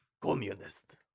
communist